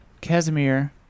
Casimir